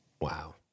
Wow